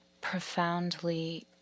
profoundly